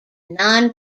non